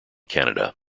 canada